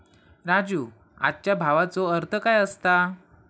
राजू, आजच्या भावाचो अर्थ काय असता?